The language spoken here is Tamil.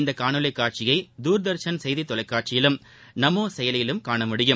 இந்த காணொலி காட்சியை துர்தர்ஷன் செய்தி தொலைகாட்யிலும் நமோ செயலியிலும் காணமுடியும்